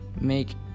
make